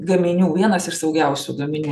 gaminių vienas iš saugiausių gaminių